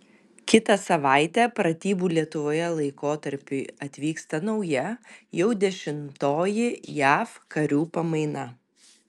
kitą savaitę pratybų lietuvoje laikotarpiui atvyksta nauja jau dešimtoji jav karių pamaina